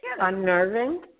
unnerving